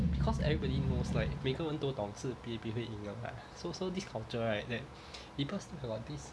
because everybody knows like 每个人都是 P_A_P 会赢的 leh so so this culture right that people still got this